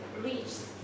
reaches